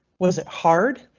was it hard?